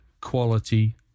quality